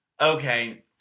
Okay